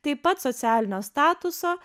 taip pat socialinio statuso